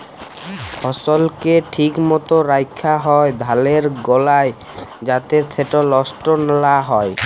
ফসলকে ঠিক মত রাখ্যা হ্যয় ধালের গলায় যাতে সেট লষ্ট লা হ্যয়